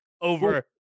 over